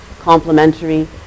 complementary